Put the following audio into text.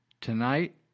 tonight